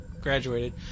graduated